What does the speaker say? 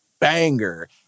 banger